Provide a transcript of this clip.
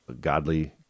godly